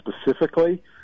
specifically